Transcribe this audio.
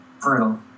brutal